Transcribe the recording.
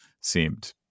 seemed